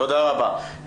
תודה רבה.